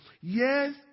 Yes